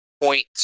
Point